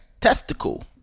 testicle